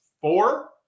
Four